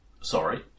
Sorry